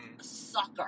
Sucker